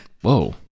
whoa